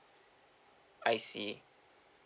I see